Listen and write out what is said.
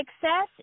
success